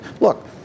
Look